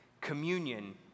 communion